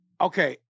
okay